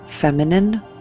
feminine